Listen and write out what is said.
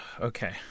Okay